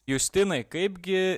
justinai kaipgi